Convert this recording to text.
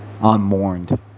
unmourned